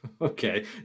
okay